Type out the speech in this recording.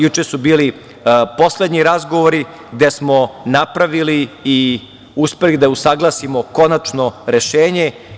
Juče su bili poslednji razgovori gde smo napravili i uspeli da usaglasimo konačno rešenje.